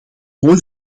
mooi